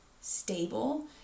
stable